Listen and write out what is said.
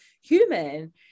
human